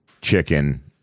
chicken